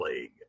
league